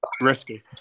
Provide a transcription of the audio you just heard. risky